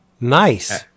Nice